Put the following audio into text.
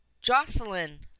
jocelyn